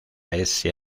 ese